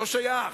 לא שייך.